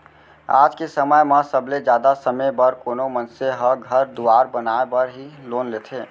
आज के समय म सबले जादा समे बर कोनो मनसे ह घर दुवार बनाय बर ही लोन लेथें